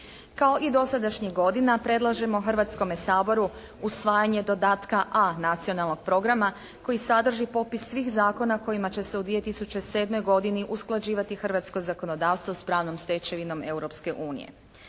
Kao i dosadašnjih godina predlažemo Hrvatskome saboru usvajanje dodatka A Nacionalnog programa, koji sadrži popis svih zakona kojima će se u 2007. godini usklađivati hrvatsko zakonodavstvo s pravnom stečevinom